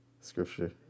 scripture